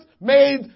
made